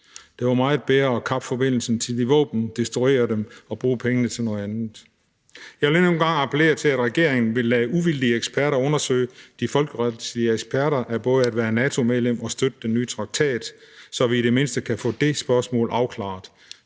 Det var meget bedre at kappe forbindelsen til de våben, destruere dem og bruge pengene til noget andet. Jeg vil endnu en gang appellere til, at regeringen vil lade uvildige eksperter undersøge de folkeretslige aspekter af både at være NATO-medlem og at støtte den nye traktat, så vi i det mindste kan få det spørgsmål afklaret.